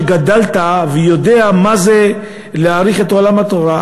שגדלת ואתה יודע מה זה להעריך את עולם התורה,